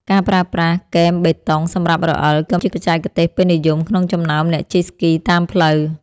ការប្រើប្រាស់គែមបេតុង សម្រាប់រអិល ក៏ជាបច្ចេកទេសពេញនិយមក្នុងចំណោមអ្នកជិះស្គីតាមផ្លូវ។